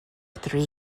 three